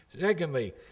Secondly